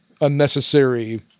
unnecessary